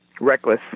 reckless